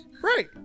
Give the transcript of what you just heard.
Right